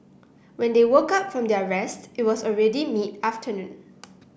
when they woke up from their rest it was already mid afternoon